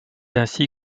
ainsi